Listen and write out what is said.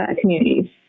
communities